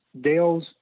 Dale's